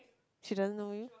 she doesn't know you